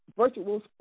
virtual